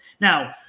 Now